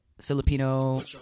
Filipino